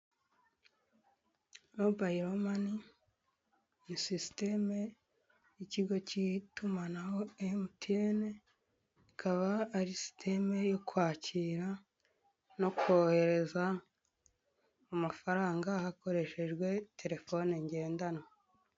Mobayiro mani ni sisiteme y'ikigo k'itumanaho emutiyene akaba ari sisiteme yo kwakira no kohereza amafaranga hakoreshejwe telefone ngendanwa.